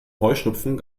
heuschnupfen